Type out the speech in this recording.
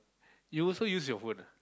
you also use your phone ah